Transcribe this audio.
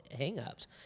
hangups